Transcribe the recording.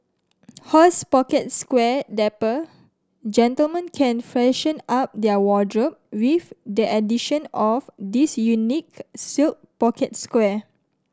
horse pocket square Dapper gentlemen can freshen up their wardrobe with the addition of this unique silk pocket square